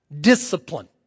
discipline